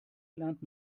lernt